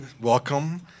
Welcome